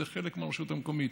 זה חלק מהרשות המקומית,